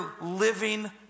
living